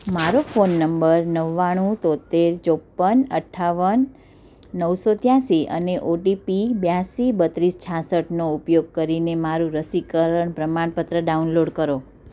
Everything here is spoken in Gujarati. મારો ફોન નંબર નવાણું તોંતેર ચોપન અઠ્ઠાવન નવસો ત્યાંસી અને ઓટીપી બ્યાંસી બત્રીસ છાસઠનો ઉપયોગ કરીને મારું રસીકરણ પ્રમાણપત્ર ડાઉનલોડ કરો